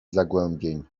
zagłębień